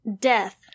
death